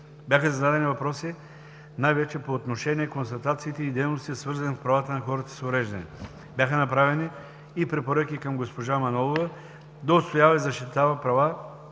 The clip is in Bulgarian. Бяха зададени въпроси най-вече по отношение констатациите и дейностите, свързани с правата на хората с увреждания. Бяха направени и препоръки към госпожа Манолова да отстоява и защитава правата